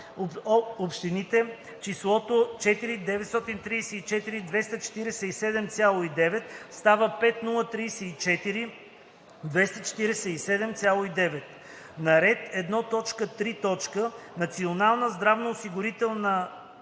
„Общините“ числото „4 934 247,9“ става „5 034 247,9“. - на ред 1.3. „Национална здравноосигурителна